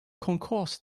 concourse